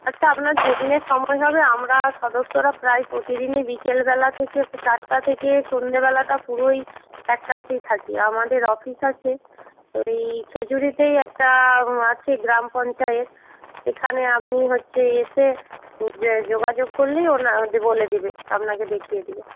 আচ্ছা আপনার যেদিনে সময় হবে আমরা সদস্যরা প্রায় প্রতিদিনই বিকেলবেলা থেকে চারটে থেকে সন্ধ্যেবেলাটা পুরোই এক কাছেই থাকি আমাদের অফিস আছে ওই খেজুরিতেই একটা আছে গ্রাম পঞ্চায়েত সেখানে আপনি হচ্ছে এসে যে যোগাযোগ করলেই বলে দেবে আপনাকে দেখিয়ে দেবে